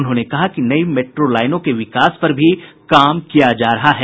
उन्होंने कहा कि नई मेट्रो लाईनों के विकास पर भी काम किया जा रहा है